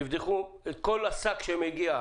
תבדקו את כל השק שמגיע,